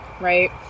right